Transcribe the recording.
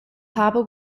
harbor